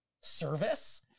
service